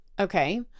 Okay